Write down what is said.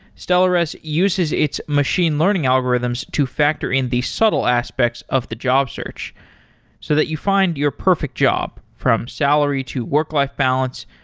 stellares uses its machine learning algorithms to factor in the subtle aspects of the job search so that you find your perfect job, from salary, to work-life balance,